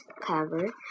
cover